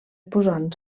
posant